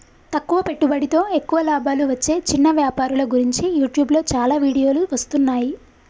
తక్కువ పెట్టుబడితో ఎక్కువ లాభాలు వచ్చే చిన్న వ్యాపారుల గురించి యూట్యూబ్లో చాలా వీడియోలు వస్తున్నాయి